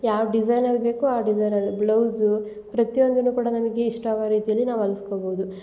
ಯಾವ ಡಿಸೈನಲ್ಲಿ ಬೇಕು ಆ ಡಿಸೈನಲ್ಲಿ ಬ್ಲೌಸು ಪ್ರತಿಯೊಂದುನು ಕೂಡ ನಮಗೆ ಇಷ್ಟ ಆಗೋ ರೀತಿಯಲ್ಲಿ ನಾವು ಹೊಲ್ಸ್ಕೊಬೋದು